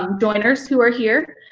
um donors who are here.